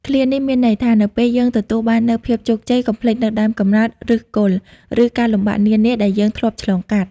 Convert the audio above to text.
ឃ្លានេះមានន័យថា នៅពេលយើងទទួលបាននូវភាពជោគជ័យ កុំភ្លេចនូវដើមកំណើត ឫសគល់ ឬការលំបាកនានាដែលយើងធ្លាប់ឆ្លងកាត់។